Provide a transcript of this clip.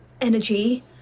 energy